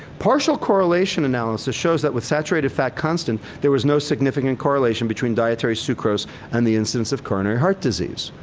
partial correlation analysis shows that with saturated fat constant, there was no significant correlation between dietary sucrose and the incidence of coronary heart disease.